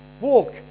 walk